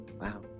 Wow